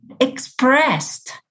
expressed